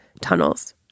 tunnels